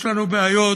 יש לנו בעיות,